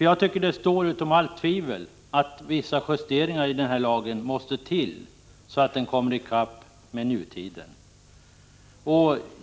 Jag tycker att det står utom allt tvivel att vissa justeringar i lagen måste till, så att den kommer i kapp nutiden.